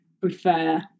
prefer